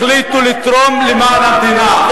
ולתת לאותם אזרחים שהחליטו לתרום למען המדינה,